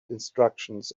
instructions